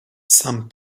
some